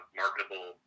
marketable